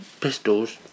pistols